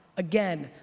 again,